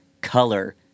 color